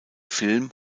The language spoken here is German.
film